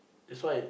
that's why